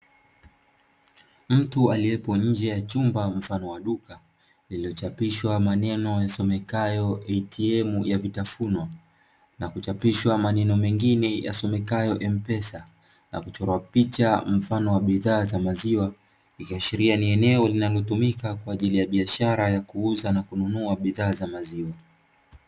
Mtu aliyepo nje ya chumba mfano wa duka, lililochapishwa maneno yasomekayo "ATM" ya vitafunwa, na kuchapishwa maneno mengine yasomekayo "M-Pesa", na kuchorwa picha mfano wa bidhaa za maziwa. Ikashiria ni eneo linalotumika kwa ajili ya biashara ya kuuza na kununua bidhaa za maziwa.